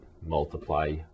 Multiply